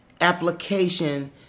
application